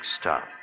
stop